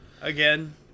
again